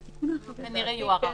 הוא כנראה יוארך.